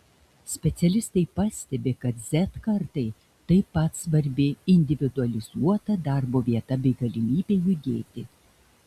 specialistai pastebi kad z kartai taip pat svarbi individualizuota darbo vieta bei galimybė judėti